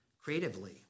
creatively